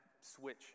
switch